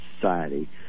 society